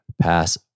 pass